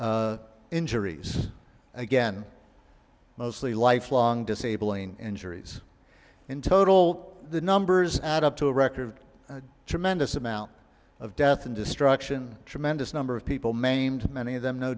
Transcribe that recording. hundred injuries again mostly lifelong disabling injuries in total the numbers add up to a record tremendous amount of death and destruction tremendous number of people maimed many of them no